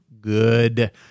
good